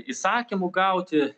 įsakymų gauti